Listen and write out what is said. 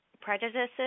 prejudices